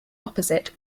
opposite